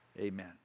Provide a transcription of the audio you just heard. Amen